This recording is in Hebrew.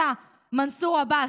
אתה, מנסור עבאס.